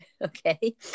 Okay